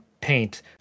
paint